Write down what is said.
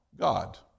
God